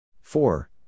four